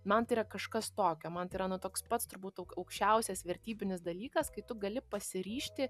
man tai yra kažkas tokio man tai yra nu toks pats turbūt aukščiausias vertybinis dalykas kai tu gali pasiryžti